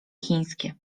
chińskie